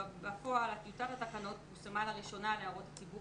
בפועל טיוטת התקנות פורסמה לראשונה להערות הציבור